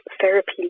therapy